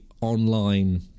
online